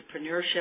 Entrepreneurship